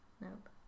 Nope